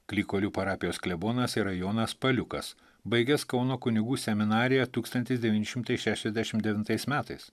klykolių parapijos klebonas yra jonas paliukas baigęs kauno kunigų seminariją tūkstantis devyni šimtai šešiasdešim devintais metais